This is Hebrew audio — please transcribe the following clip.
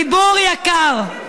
ציבור יקר,